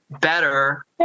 better